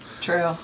True